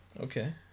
okay